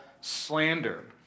slander